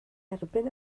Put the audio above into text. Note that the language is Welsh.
erbyn